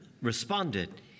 responded